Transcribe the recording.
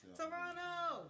Toronto